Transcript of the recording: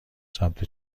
سمت